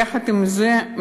יחד עם זה,